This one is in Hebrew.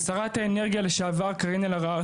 שרת האנרגיה לשעבר קארין אלהרר,